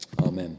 Amen